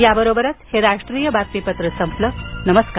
याबरोबरच हे राष्ट्रीय बातमीपत्र संपलं नमस्कार